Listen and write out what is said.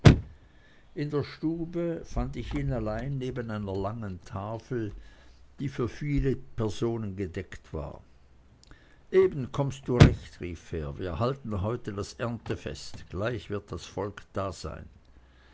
in der stube fand ich ihn allein neben einer langen tafel die für viele personen gedeckt war eben kommst du recht rief er wir halten heute das erntefest gleich wird das volk dasein